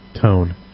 tone